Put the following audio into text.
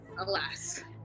Alas